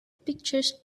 pictures